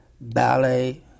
ballet